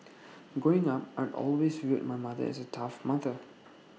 growing up I'd always viewed my mother as A tough mother